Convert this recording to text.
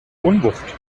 unwucht